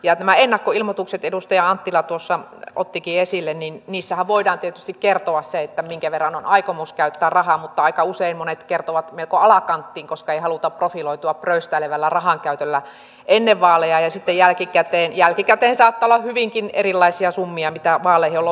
näissä ennakkoilmoituksissahan edustaja anttila tuossa ottikin sen esille voidaan tietysti kertoa se minkä verran on aikomus käyttää rahaa mutta aika usein monet kertovat melko alakanttiin koska ei haluta profiloitua pröystäilevällä rahankäytöllä ennen vaaleja ja sitten jälkikäteen saattaa olla hyvinkin erilaisia summia mitä vaaleihin on loppujen lopuksi käytetty